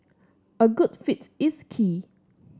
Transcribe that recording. a good fit is key